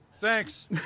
Thanks